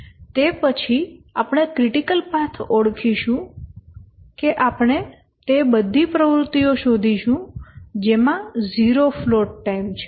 તે પછી આપણે ક્રિટિકલ પાથ ઓળખીશું કે આપણે તે બધી પ્રવૃત્તિઓ શોધીશું કે જેમાં 0 ફ્લોટ ટાઇમ છે